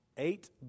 eight